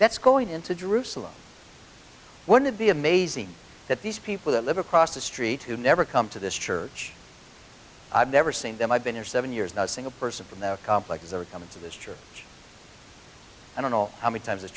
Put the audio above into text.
that's going into jerusalem one of the amazing that these people that live across the street who never come to this church i've never seen them i've been here seven years not a single person from the complexes are coming to this church i don't know how many times